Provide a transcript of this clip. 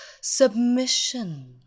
Submission